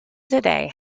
today